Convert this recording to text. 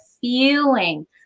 feeling